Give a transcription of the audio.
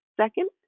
Second